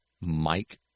Mike